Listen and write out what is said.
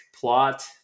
plot